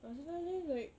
I was suddenly like